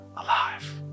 alive